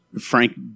frank